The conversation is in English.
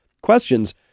questions